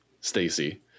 stacy